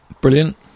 brilliant